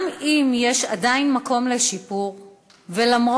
גם אם יש עדיין מקום לשיפור ולמרות